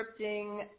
scripting